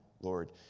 Lord